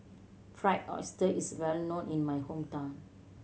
Fried Oyster is well known in my hometown